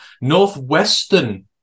Northwestern